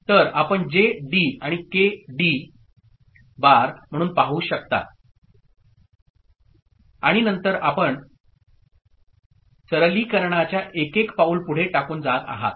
तर आपण J D आणि के डी बार म्हणून पाहू शकता आणि नंतर आपण सरलीकरणाच्या एक एक पाऊल पुढे टाकून जात आहात